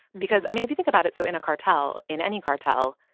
because, i mean, if you think about it so in a cartel, in any cartel,